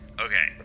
Okay